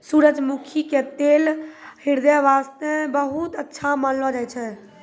सूरजमुखी के तेल ह्रदय वास्तॅ बहुत अच्छा मानलो जाय छै